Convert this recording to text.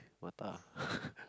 Mattar